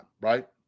right